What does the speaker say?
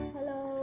Hello